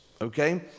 Okay